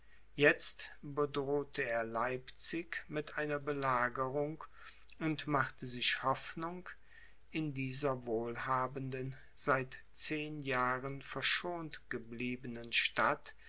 jetzt bedrohte er leipzig mit einer belagerung und machte sich hoffnung in dieser wohlhabenden seit zehn jahren verschont gebliebenen stadt